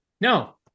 No